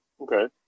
Okay